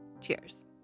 Cheers